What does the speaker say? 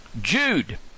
Jude